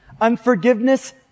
Unforgiveness